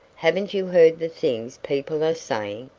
haven't you heard the things people are saying?